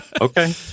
Okay